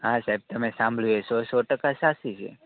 હા સાહેબ તમે સાંભળ્યું એ સો એ સો ટકા સાચું છે